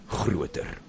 groter